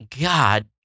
God